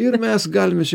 ir mes galime čia